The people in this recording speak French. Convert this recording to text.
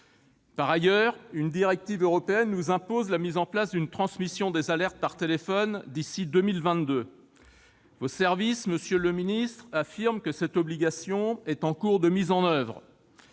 En outre, une directive européenne nous impose la mise en place d'une transmission des alertes par téléphone d'ici à 2022. Vos services, monsieur le ministre, affirment que cette obligation est en cours de réalisation.